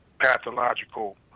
pathological